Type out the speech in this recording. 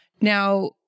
Now